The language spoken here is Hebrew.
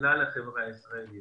לכלל החברה הישראלית